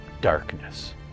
darkness